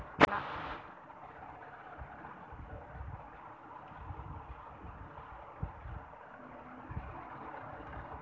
water frame कताई साँचा क एक किसिम होला